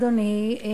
אדוני,